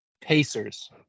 Pacers